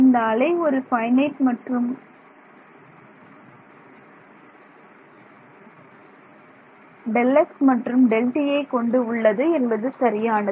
இந்த அலை ஒரு ஃபைனைட் Δx மற்றும் Δtயை கொண்டு உள்ளது என்பது சரியானது